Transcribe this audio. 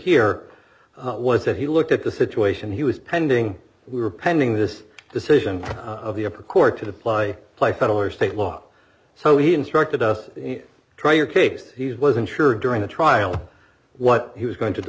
here was that he looked at the situation he was pending we were pending this decision of the upper court to apply play federal or state law so he instructed us in try your case he wasn't sure during the trial what he was going to